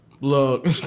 look